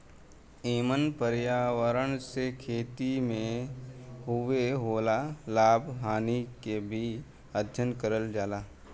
एमन पर्यावरण से खेती में होए वाला लाभ हानि के भी अध्ययन करल जाला